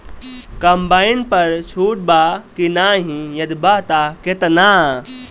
Combine पर छूट बा की नाहीं यदि बा त केतना?